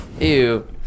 Ew